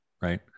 right